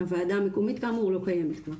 הוועדה המקומית כאמור, לא קיימת כבר.